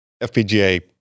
FPGA